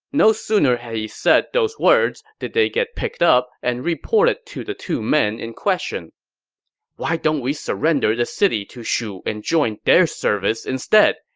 no sooner had he said those words did they get picked up and reported to the two men in question why don't we surrender the city to shu and join their service instead?